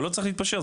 הוא לא צריך להתפשר,